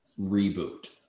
reboot